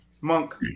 Monk